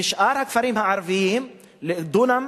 ושאר הכפרים הערביים, דונם